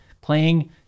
playing